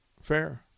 Fair